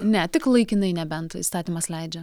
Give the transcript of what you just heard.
ne tik laikinai nebent įstatymas leidžia